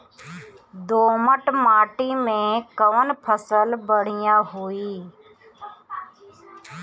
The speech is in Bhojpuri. दोमट माटी में कौन फसल बढ़ीया होई?